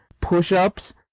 push-ups